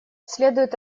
следует